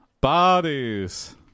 bodies